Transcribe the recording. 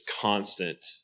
constant